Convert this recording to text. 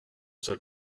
seul